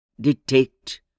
detect